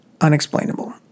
unexplainable